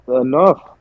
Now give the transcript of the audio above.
enough